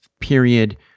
period